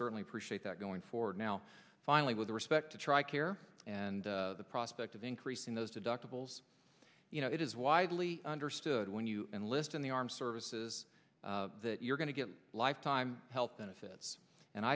certainly appreciate that going forward now finally with respect to tri care and the prospect of increasing those deductibles you know it is widely understood when you and list in the armed services that you're going to get lifetime health benefits and